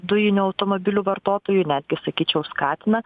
dujinių automobilių vartotojų netgi sakyčiau skatina